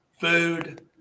food